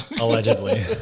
allegedly